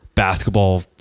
basketball